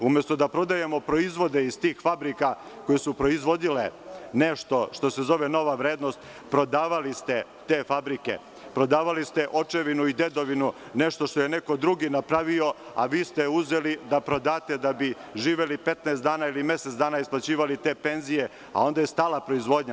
Umesto da prodajemo proizvode iz tih fabrika koje su proizvodile nešto što se zove nova vrednost, prodavali ste te fabrike, prodavali ste očevinu i dedovinu, nešto što je neko drugi napravio, a vi ste uzeli da prodate da bi živeli 15 dana ili mesec dana i isplaćivali te penzije, a onda je stala proizvodnja.